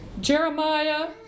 Jeremiah